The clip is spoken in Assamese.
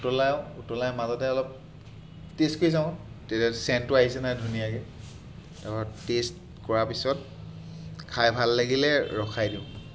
উতলাওঁ উতলাই মাজতে অলপ টে'ষ্ট কৰি চাওঁ তেতিয়া চেণ্টটো আহিছে নে নাই তাৰপাত টে'ষ্ট কৰাৰ পাছত খাই ভাল লাগিলে ৰখাই দিওঁ